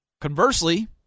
Conversely